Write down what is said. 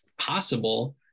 possible